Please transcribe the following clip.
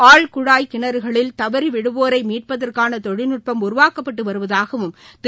ஆழ்குழாய் கிணறுகளில் தவறி விழுவோரை மீட்பதற்கான தொழில்நுட்பம் உருவாக்கப்பட்டு வருவதாகவும் திரு